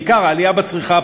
בעיקר העלייה בצריכה הפרטית,